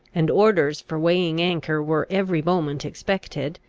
and orders for weighing anchor were every moment expected,